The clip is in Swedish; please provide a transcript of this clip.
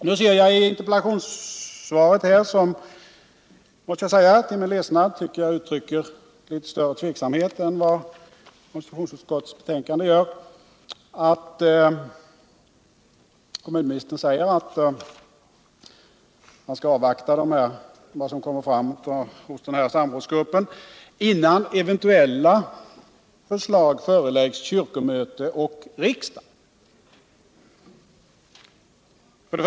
Nu ser jag i interpellationssvaret — vilket jag till min ledsnad anser uttrycker Nr 151 litet större tveksamhet än vad konstitutionsutskottets betänkande gör — att Onsdagen den man skall avvakta vad som kommer fram i samrådsgruppen innan eventuella 24 maj 1978 förslag föreläggs kyrkomöte och riksdag.